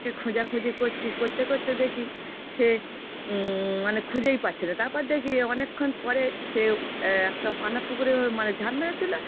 তাকে খোঁজাখুঁজি করছি করতে করতে দেখি সে মানে খুঁজেই পাচ্ছি না তারপর দেখি অনেকক্ষণ পরে সে একটা পানাপুকুরে মানে ঝাঁপ মেরেছিল